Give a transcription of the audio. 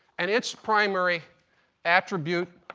and it's primary attribute